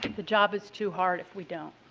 the job is too hard if we don't.